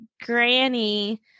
granny